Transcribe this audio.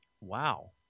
Wow